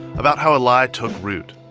about how a lie took root,